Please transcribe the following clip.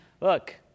look